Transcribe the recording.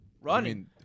Running